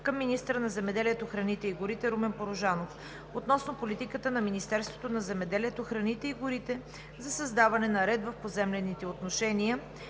към министъра на земеделието, храните и горите Румен Порожанов относно политиката на Министерството на земеделието, храните и горите за създаване на ред в поземлените отношения